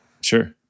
Sure